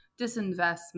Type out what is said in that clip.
disinvestment